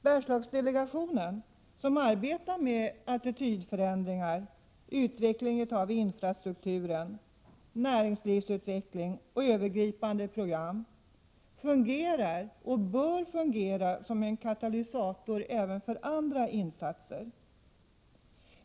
Bergslagsdelegationen, som arbetar med attitydförändringar, utveckling av infrastrukturen, näringslivsutveckling och övergripande program, fungerar och bör fungera som en katalysator för även andra insatser.